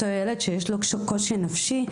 אותו ילד שיש לו קושי נפשי,